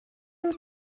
wyt